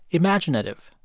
imaginative.